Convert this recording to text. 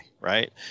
right